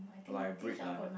like brick like that